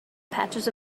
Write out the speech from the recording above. patches